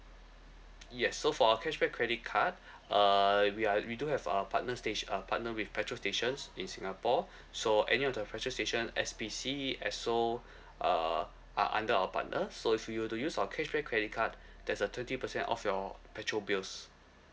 yes so for our cashback credit card uh we are we do have our partners sta~ uh partner with petrol stations in singapore so any of the petrol station S_P_C Esso uh are under our partners so if you were to use our cash back credit card there's a twenty percent off your petrol bills